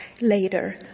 later